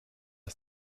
ist